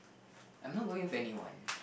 I'm not going with anyone